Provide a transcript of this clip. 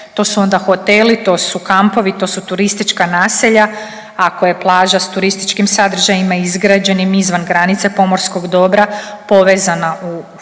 To su onda hoteli, to su kampovi, to su turistička naselja, ako je plaža s turističkim sadržajima izgrađenim izvan granice pomorskog dobra povezana u